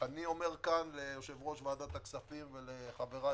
אני אומר כאן ליושב-ראש ועדת הכספים ולחבריי